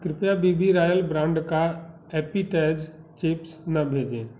कृपया B B Royal brand का Appetiz chips न भेजें